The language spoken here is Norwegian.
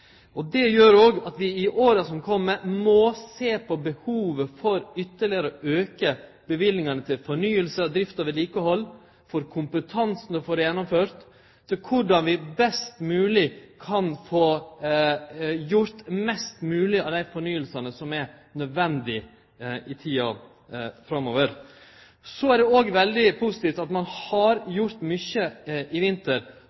Det gjer at vi i åra som kjem må sjå på behovet for ytterlegare å auke løyvingane til fornying, drift og vedlikehald, og til kompetanse for å få gjennomført best mogleg mest mogleg av dei fornyingane som er nødvendige i tida framover. Det er òg veldig positivt at ein i vinter